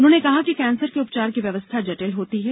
उन्होंने कहा कि कैंसर के उपचार की व्यवस्था जटिल होती है